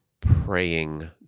praying